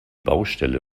baustelle